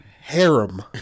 Harem